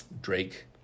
Drake